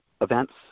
events